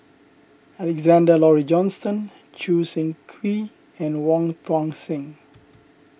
Alexander Laurie Johnston Choo Seng Quee and Wong Tuang Seng